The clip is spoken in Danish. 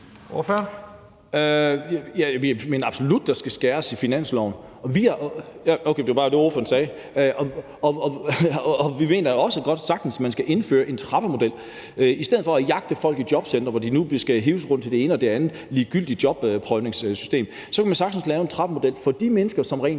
(NB): Vi mener absolut, at der skal skæres ned på det i finansloven, og vi mener også, at man sagtens kan indføre en trappemodel. I stedet for at jagte folk i jobcentre, hvor de nu skal hives rundt i det ene og det andet ligegyldige jobprøvningssystem, kunne man sagtens lave en trappemodel for de mennesker, som rent